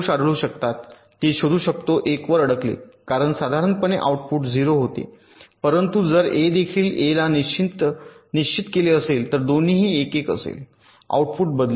ते शोधू शकतो 1 वर अडकले कारण साधारणपणे आउटपुट 0 होते परंतु जर ए देखील 1 ला निश्चित केले असेल तर दोन्हीही 1 1 असेल आउटपुट बदलेल